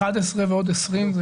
11 ו עוד 20?